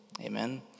amen